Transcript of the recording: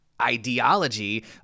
ideology